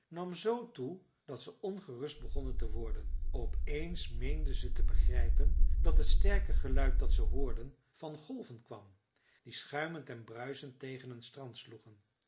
nam z toe dat ze ongerust begonnen te worden op eens meenden ze te begrijpen dat het sterke geluid dat ze hoorden van golven kwam die schuimend en bruisend tegen een strand sloegen